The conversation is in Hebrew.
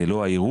זה לא האירוע.